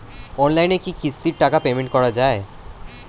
অনলাইনে কি কিস্তির টাকা পেমেন্ট করা যায়?